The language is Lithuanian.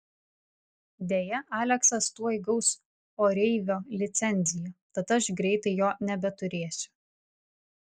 deja aleksas tuoj gaus oreivio licenciją tad aš greitai jo nebeturėsiu